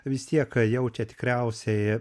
vis tiek jaučia tikriausiai